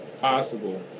possible